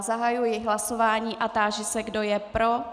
Zahajuji hlasování a táži se, kdo je pro.